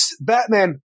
Batman